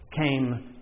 came